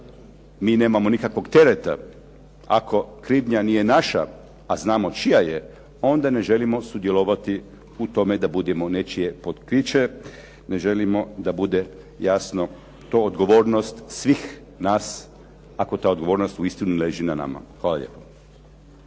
mi nemamo nikakvog tereta, ako krivnja nije naša, a znamo čija je, onda ne želimo sudjelovati u tome da budemo nečije pokriće, ne želimo da bude jasno, to odgovornost svih nas ako ta odgovornost uistinu leži na nama. Hvala lijepo.